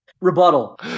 Rebuttal